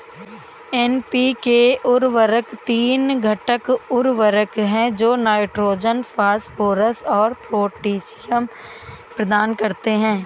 NPK उर्वरक तीन घटक उर्वरक हैं जो नाइट्रोजन, फास्फोरस और पोटेशियम प्रदान करते हैं